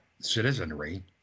citizenry